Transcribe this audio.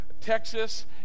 Texas